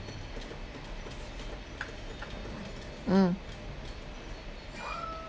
mm